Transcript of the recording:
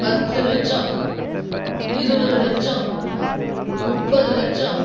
பத்து லட்ச்ச இருபது லட்ச்ச முப்பது லட்ச்ச